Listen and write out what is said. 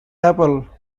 apple